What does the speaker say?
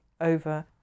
over